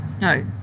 No